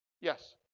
Yes